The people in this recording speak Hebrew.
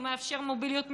הוא מאפשר מוביליות מקצועית.